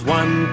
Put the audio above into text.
one